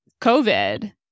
COVID